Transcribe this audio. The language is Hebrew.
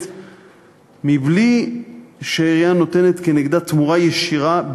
בלי שהעירייה נותנת כנגדה תמורה ישירה,